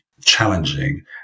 challenging